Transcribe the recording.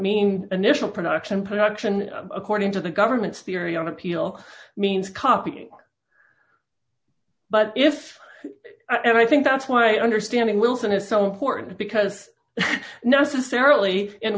mean initial production production according to the government's theory on appeal means copying but if ever i think that's why understanding wilson is so important because necessarily in